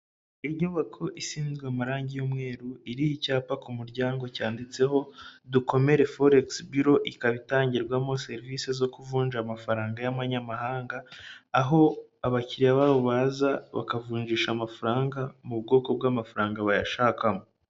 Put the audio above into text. Inyubako isizwe amarangi y'umweru iriho icyapa ku muryango cyanditseho Dukomere Forex Bureau, ikaba itangirwamo serivisi zo kuvunja amafaranga y'abanyamahanga, aho abakiriya babo baza bakavunjisha amafaranga mu bwoko bw'amafaranga bayashakamo.